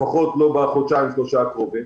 לפחות לא בחודשיים שלושה הקרובים,